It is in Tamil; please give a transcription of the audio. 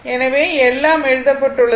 எனவே எல்லாம் எழுதப்பட்டுள்ளது